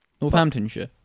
Northamptonshire